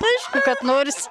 aišku kad noris